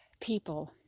people